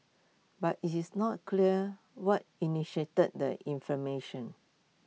but IT is not clear what initiated the inflammation